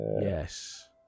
Yes